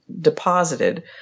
deposited